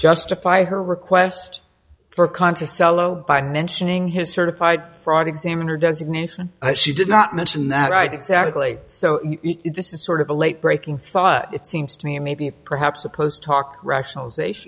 justify her request for qantas selo by mentioning his certified fraud examiner designation she did not mention that right exactly so this is sort of a late breaking thought it seems to me maybe perhaps a post talk rationalization